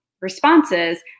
responses